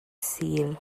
sul